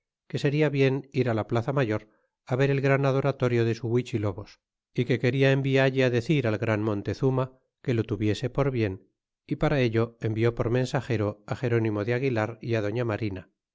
que seria bien ir ja plaza mayor ver el gran adoratorio de su iluichilobos y que quena envialle decir al gran montezuma que lo tuviese por bien y para ello envió por mensagero gerónimo de aguilar y á dolía marina